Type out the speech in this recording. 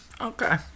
Okay